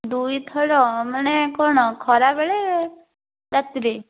ଦୁଇଥର ମାନେ କ'ଣ ଖରାବେଳେ ରାତିରେ